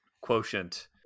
quotient